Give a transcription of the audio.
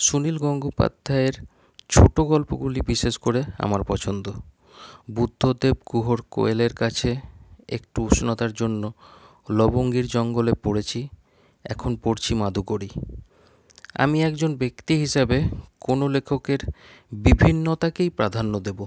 সুনীল গঙ্গোপাধ্যায়ের ছোটো গল্পগুলি বিশেষ করে আমার পছন্দ বুদ্ধদেব গুহর কোয়েলের কাছে একটু উষ্ণতার জন্য লবঙ্গের জঙ্গলে পড়েছি এখন পড়ছি মাধুকরী আমি একজন ব্যক্তি হিসাবে কোনো লেখকের বিভিন্নতাকেই প্রাধান্য দেব